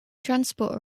transport